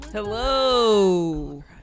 hello